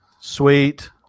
Sweet